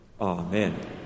Amen